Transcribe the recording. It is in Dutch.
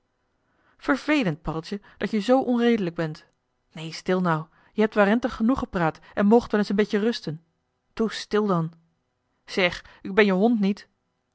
vervélend paddeltje dat je zoo onredelijk bent neen stil nou je hebt warentig genoeg gepraat en moogt wel eens een beetje rusten toe stil dan zeg ik ben je hond niet